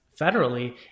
federally